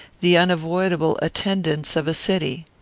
the unavoidable attendants of a city.